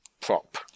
prop